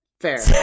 Fair